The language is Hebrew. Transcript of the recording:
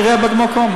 נראה במקום,